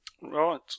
Right